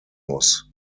muss